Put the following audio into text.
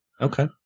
Okay